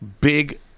big